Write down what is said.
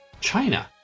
China